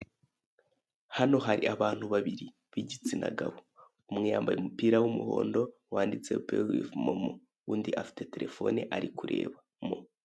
Hano hari abantu babiri b'igitsina gabo. Umwe yambaye umupira w'umuhondo wanditseho peyi wivu momo, undi afite terefone ari kurebamo.